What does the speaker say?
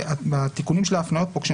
בתיקונים של ההפניות כאן,